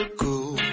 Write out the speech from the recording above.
cool